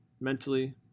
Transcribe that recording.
mentally